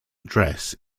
dress